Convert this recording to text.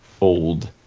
old